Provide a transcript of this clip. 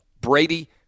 Brady